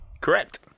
Correct